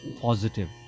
positive